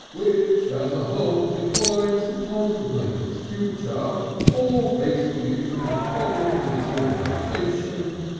which as a whole declines to contemplate its future or face the intricate problems of its organisation,